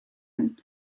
and